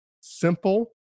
simple